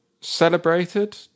celebrated